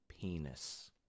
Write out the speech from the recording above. penis